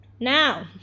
Now